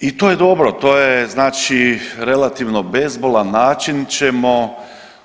I to je dobro, znači to je relativno bezbolan način ćemo